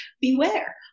beware